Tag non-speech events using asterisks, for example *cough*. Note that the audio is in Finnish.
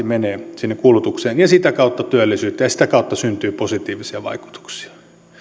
*unintelligible* menee varmasti sinne kulutukseen ja sitä kautta työllisyyteen ja sitä kautta syntyy positiivisia vaikutuksia